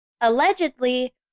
Allegedly